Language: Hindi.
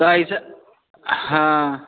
तो ऐसे हाँ